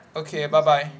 okay bye bye